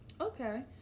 okay